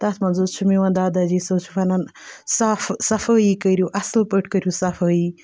تَتھ منٛز حظ چھِ میون داداجی سُہ حظ چھِ وَنان صاف صفٲیی کٔرِو اَصٕل پٲٹھۍ کٔرِو صفٲیی